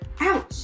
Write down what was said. ouch